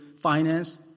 finance